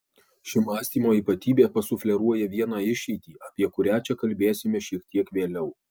ši mąstymo ypatybė pasufleruoja vieną išeitį apie kurią čia kalbėsime šiek tiek vėliau